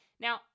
Now